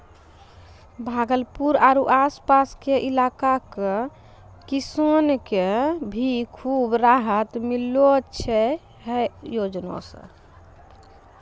भागलपुर आरो आस पास के इलाका के किसान कॅ भी खूब राहत मिललो छै है योजना सॅ